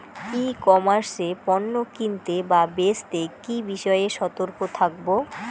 ই commerce এ পণ্য কিনতে বা বেচতে কি বিষয়ে সতর্ক থাকব?